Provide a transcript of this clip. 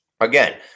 again